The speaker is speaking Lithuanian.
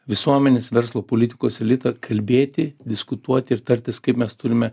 visuomenės verslo politikos elitą kalbėti diskutuoti ir tartis kaip mes turime